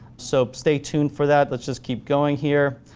so stay tuned for that. let's just keep going here.